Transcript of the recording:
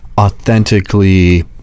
authentically